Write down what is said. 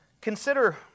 Consider